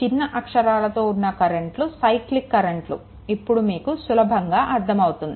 చిన్న అక్షరాలతో ఉన్న కరెంట్లు సైక్లిక్ కరెంట్లు ఇప్పుడు మీకు సులభంగా అర్థం అవుతుంది